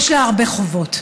יש לה הרבה חובות,